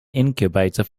incubator